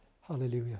Hallelujah